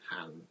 hand